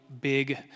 big